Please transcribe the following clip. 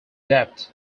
depth